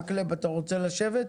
מקלב אתה רוצה לשבת?